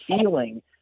feeling